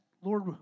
Lord